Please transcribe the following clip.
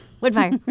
Woodfire